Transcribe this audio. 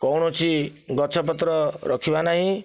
କୌଣସି ଗଛପତ୍ର ରଖିବା ନାହିଁ